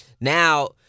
Now